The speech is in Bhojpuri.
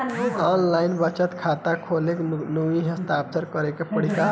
आन लाइन बचत खाता खोले में नमूना हस्ताक्षर करेके पड़ेला का?